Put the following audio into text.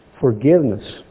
forgiveness